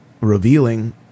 revealing